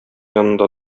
янында